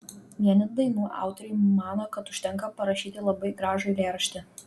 vieni dainų autoriai mano kad užtenka parašyti labai gražų eilėraštį